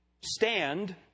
stand